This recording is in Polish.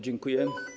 Dziękuję.